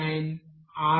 079Re 0